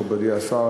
מכובדי השר,